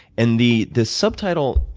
and the the subtitle,